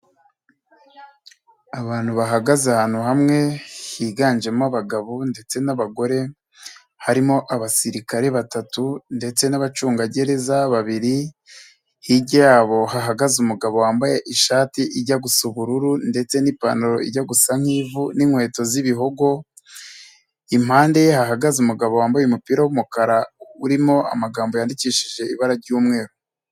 Abantu bahagaze ahantu hamwe higanjemo abagabo ndetse n'abagore harimo abasirikare batatu ndetse n'abacungagereza babiri, hirya yabo hahagaze umugabo wambaye ishati ijya gu gusa ubururu ndetse n'ipantaro ijya gusa nki'vu n'inkweto z'ibihogo, impande ye hahagaze umugabo wambaye umupira w'umukara urimo amagambo yandikishije ibara ry'umweru.